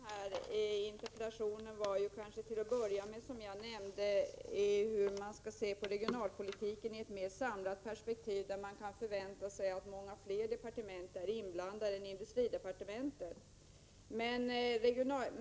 Herr talman! Vad jag var ute efter med den här interpellationen var till att börja med, som jag har nämnt, att få till stånd ett mer samlat perspektiv på regionalpolitiken, som innebär att man kan förvänta sig att många fler departement än industridepartementet är inblandade.